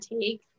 take